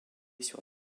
sur